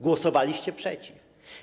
Głosowaliście przeciw.